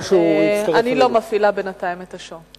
אני לא מפעילה בינתיים את השעון.